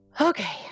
Okay